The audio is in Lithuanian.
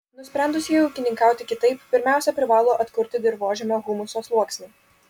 nusprendusieji ūkininkauti kitaip pirmiausia privalo atkurti dirvožemio humuso sluoksnį